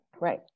Right